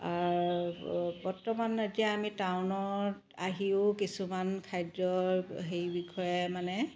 বৰ্তমান এতিয়া আমি টাউনত আহিও কিছুমান খাদ্যৰ সেই বিষয়ে মানে